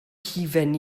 hufen